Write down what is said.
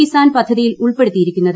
കിസാൻ പദ്ധതിയിൽ ഉൾപ്പെടുത്തിയിരിക്കുന്നത്